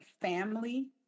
family